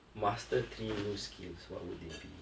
master three new skills what would they be